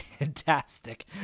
Fantastic